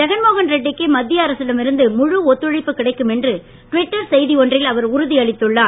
ஜெகன்மோகன் ரெட்டிக்கு மத்திய அரசிடம் இருந்து முழு ஒத்துழைப்பு கிடைக்கும் என்று ட்விட்டர் செய்தி ஒன்றில் அவர் உறுதி அளித்துள்ளார்